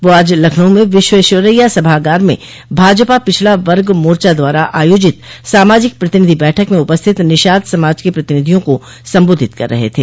वह आज लखनऊ में विश्ववेश्वरैया सभागार में भाजपा पिछड़ा वर्ग मोर्चा द्वारा आयोजित सामाजिक प्रतिनिधि बैठक में उपस्थित निषाद समाज के प्रतिनिधियों को संबोधित कर रहे थे